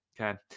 Okay